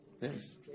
Yes